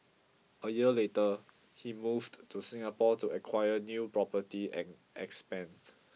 a year later he moved to Singapore to acquire new property and expand